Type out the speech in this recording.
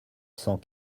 cent